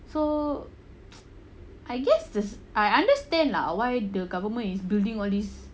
so I guess this I understand lah why the government is building all this